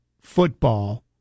football